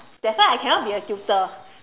that's why I cannot be a tutor